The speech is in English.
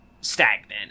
stagnant